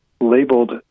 labeled